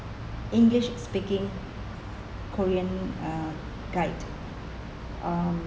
english speaking korean uh guide um